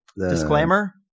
Disclaimer